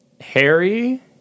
Harry